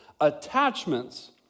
Attachments